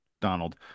Donald